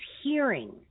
hearing